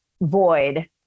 void